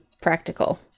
practical